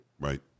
Right